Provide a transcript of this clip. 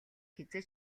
хэзээ